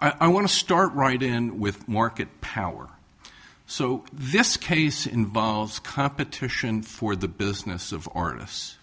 i want to start right in with market power so this case involves competition for the business of artists